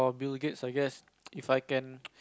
Bill-Gates I guess If I can